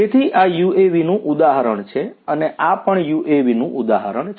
તેથી આ યુએવીનું ઉદાહરણ છે અને આ પણ યુએવીનું ઉદાહરણ છે